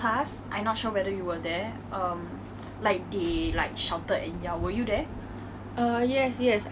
and then suddenly I heard someone eh shut up then I was so shocked I looked up